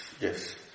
yes